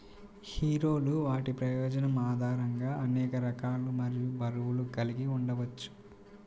హీరోలు వాటి ప్రయోజనం ఆధారంగా అనేక రకాలు మరియు బరువులు కలిగి ఉండవచ్చు